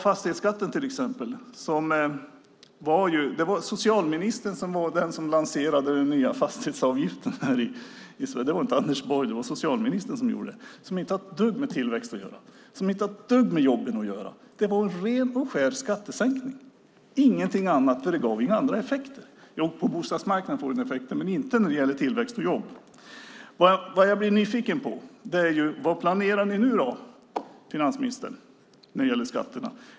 Det var ju socialministern som lanserade den nya fastighetsavgiften, det var inte Anders Borg. Den har inte ett dugg med tillväxt att göra och inte ett dugg med jobben att göra. Det var ren och skär skattesänkning, ingenting annat och gav inga andra effekter heller. På bostadsmarknaden får den effekter men inte när det gäller tillväxt och jobb. Vad jag blir nyfiken på är vad ni planerar nu, finansministern, när det gäller skatterna.